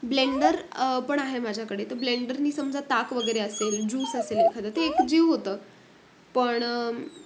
blender पण आहे माझ्याकडे तर ब्लेंडरनी समजा ताक वगैरे असेल ज्यूस असेल एखादं ते एकजीव होतं पण